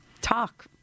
talk